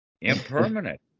impermanent